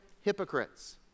hypocrites